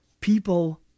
people